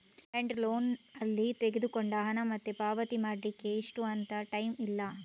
demand loan ಅಲ್ಲಿ ತಗೊಂಡ ಹಣ ಮತ್ತೆ ಪಾವತಿ ಮಾಡ್ಲಿಕ್ಕೆ ಇಷ್ಟು ಅಂತ ಟೈಮ್ ಇಲ್ಲ